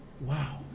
Wow